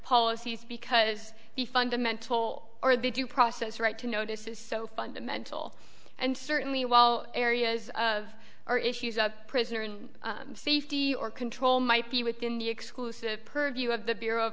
policies because the fundamental or the due process right to notice is so fundamental and certainly while areas of our issues a prisoner in safety or control might be within the exclusive purview of the bureau